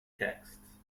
texts